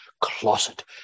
closet